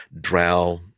drow